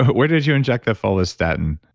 where did you inject the follistatin?